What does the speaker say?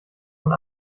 von